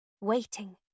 waiting